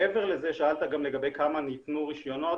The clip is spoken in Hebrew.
מעבר לזה שאלת גם לגבי כמה ניתנו רישיונות.